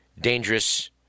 dangerous